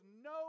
no